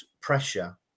pressure